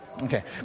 Okay